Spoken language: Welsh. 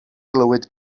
glywed